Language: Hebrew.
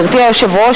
גברתי היושבת-ראש,